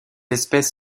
espèce